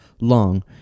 long